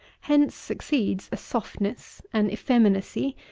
hence succeeds a softness, an effeminacy,